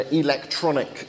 electronic